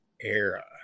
era